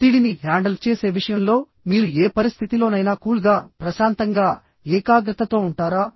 ఒత్తిడిని హ్యాండల్ చేసే విషయంలో మీరు ఏ పరిస్థితిలోనైనా కూల్ గా ప్రశాంతంగా ఏకాగ్రతతో ఉంటారా